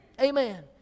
Amen